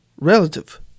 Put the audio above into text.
relative